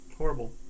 horrible